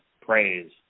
praise